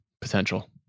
potential